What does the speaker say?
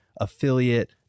affiliate